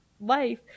life